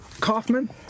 Kaufman